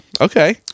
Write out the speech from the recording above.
Okay